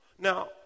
Now